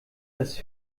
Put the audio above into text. das